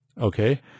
Okay